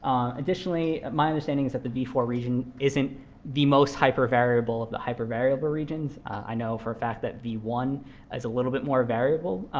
um additionally, my understanding is that the v four region isn't the most hypervariable of the hypervariable regions. i know for a fact that v one is a little bit more variable.